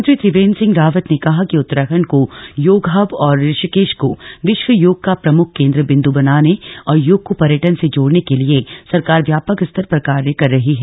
मुख्यमंत्री त्रिवेन्द्र सिंह रावत ने कहा कि उत्तराखण्ड को योग हब और ऋषिकेश को विश्व योग का प्रमुख केन्द्र बिन्दु बनाने और योग को पर्यटन से जोड़ने के लिए सरकार व्यापक स्तर पर कार्य कर रही है